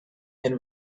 and